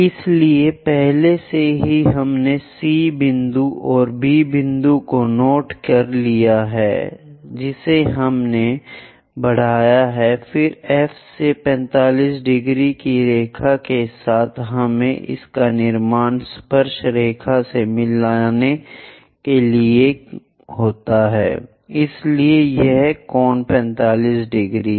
इसलिए पहले से ही हमने C बिंदु और B बिंदु को नोट कर लिया है जिसे हमने बढ़ाया है फिर F से 45 ° की रेखा के साथ हमें इसका निर्माण स्पर्शरेखा से मिलने के लिए होता है इसलिए यह कोण 45 ° है